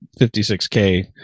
56K